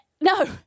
No